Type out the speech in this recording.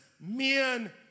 men